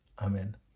Amen